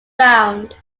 round